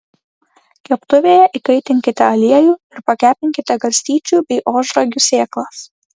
keptuvėje įkaitinkite aliejų ir pakepinkite garstyčių bei ožragių sėklas